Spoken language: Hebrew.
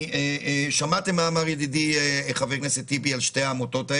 באמת: שמעתם את דברי ידיד חבר הכנסת טיבי לגבי שתי העמותות.